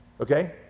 okay